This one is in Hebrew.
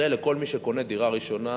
זה לכל מי שקונה דירה ראשונה,